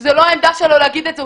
זה לא העמדה שלו להגיד את זה,